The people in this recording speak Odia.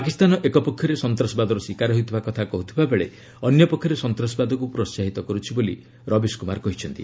ପାକିସ୍ତାନ ଏକ ପକ୍ଷରେ ସନ୍ତାସବାଦର ଶିକାର ହେଉଥିବା କଥା କହୁଥିବା ବେଳେ ଅନ୍ୟ ପକ୍ଷରେ ସନ୍ତାସବାଦକୁ ପ୍ରୋହାହିତ କରୁଛି ବୋଲି ରବିଶ କୁମାର କହିଛନ୍ତି